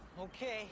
Okay